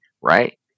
right